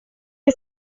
che